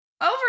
over